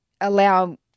allow